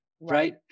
right